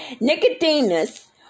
Nicodemus